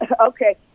okay